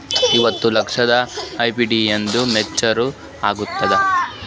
ಐವತ್ತು ಲಕ್ಷದ ಎಫ್.ಡಿ ಎಂದ ಮೇಚುರ್ ಆಗತದ?